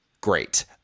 great